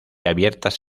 abiertas